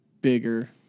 bigger